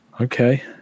Okay